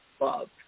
love